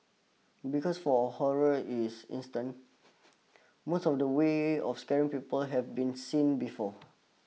because for horror is instant most of the ways of scaring people have been seen before